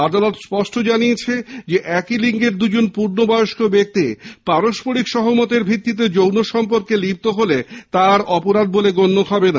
আদালত স্পষ্ট জানিয়েছে একই লিঙ্গে দুজন পুর্ণবয়স্ক ব্যক্তি পারস্পরিক সহমতের ভিত্তিতে যৌনসম্পর্কে লিপ্ত হলে তা আর অপরাধ বলে গণ্য হবে না